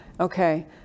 Okay